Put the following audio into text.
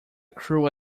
cruel